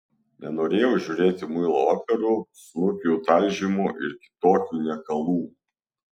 nenorėjau žiūrėti muilo operų snukių talžymų ir kitokių niekalų